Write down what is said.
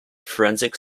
forensic